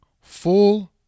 Full